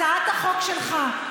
הצעת החוק שלך,